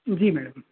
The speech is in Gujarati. જી મેડમ